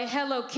Hello